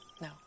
No